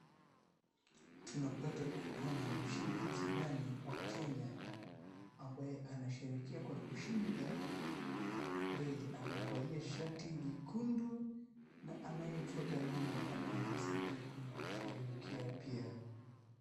Tunapata kuona mshindi Kimani wa Kenya ambaye anasherehekea kwa kushinda. Mbele amevalia shati nyekundu na anayemfuata nyuma na anamsaidia kusherehekea pia.